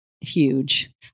huge